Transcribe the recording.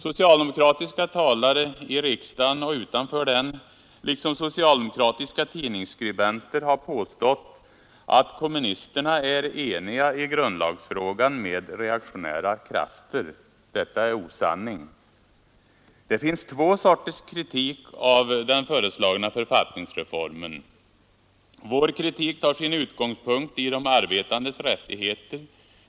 Socialdemokratiska talare i riksdagen och utanför den, liksom socialdemokratiska tidningsskribenter, har påstått att kommunisterna är eniga i grundlagsfrågan med reaktionära krafter. Detta är osanning. Det finns två sorters kritik av den föreslagna författningsreformen. Vår kritik har sin utgångspunkt i de arbetandes rättigheter.